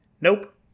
Nope